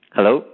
Hello